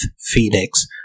Phoenix